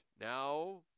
now